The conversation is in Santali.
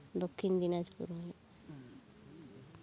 ᱫᱚᱠᱠᱷᱤᱱ ᱫᱤᱱᱟᱡᱽᱯᱩᱨ